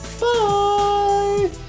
Bye